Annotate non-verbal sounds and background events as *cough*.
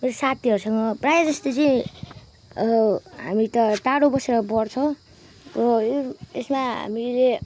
साथीहरूसँग प्रायः जस्तो चाहिँ हामी त टाढो बसेर पढ्छौँ *unintelligible* यसमा हामीले